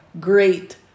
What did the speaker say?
great